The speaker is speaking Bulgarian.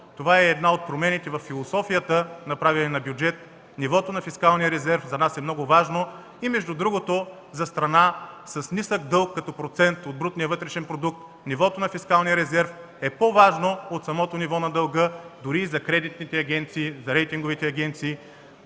това е и една от промените във философията на правене на бюджета, нивото на фискалния резерв за нас е много важно. Между другото, за страна с нисък дълг, като процент от брутния вътрешен продукт, нивото на фискалния резерв е по-важно от самото ниво на дълга дори и за кредитните, за рейтинговите агенции,